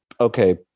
okay